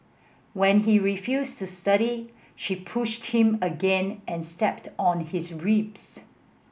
when he refused to study she pushed him again and stepped on his ribs